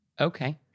Okay